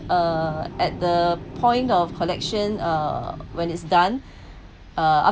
uh at the point of collection uh when it's done uh